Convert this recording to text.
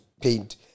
paint